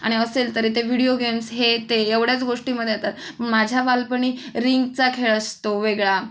आणि असेल तरी ते व्हिडिओ गेम्स हे ते एवढ्याच गोष्टीमध्ये येतात माझ्या बालपणी रिंगचा खेळ असतो वेगळा